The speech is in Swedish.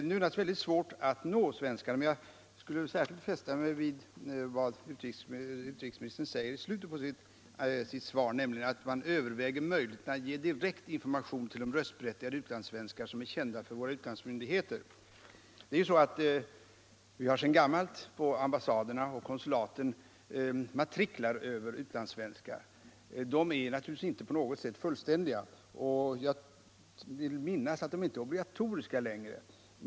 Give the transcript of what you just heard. Det är naturligtvis mycket svårt att nå dessa svenskar, men jag fäster mig särskilt vid vad utrikesministern säger i slutet av sitt svar, nämligen att man överväger möjligheterna att ge direkt information till de röstberättigade utlandssvenskar som är kända för våra utlandsmyndigheter. Det finns sedan gammalt på ambassader och konsulat matriklar över utlandssvenskar. De är naturligtvis inte på något sätt fullständiga, och jag vill minnas att de inte är obligatoriska längre.